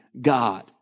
God